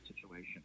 situation